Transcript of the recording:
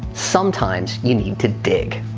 sometimes you need to dig.